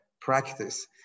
practice